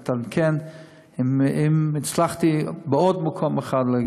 להתעדכן אם הצלחתי בעוד מקום אחד.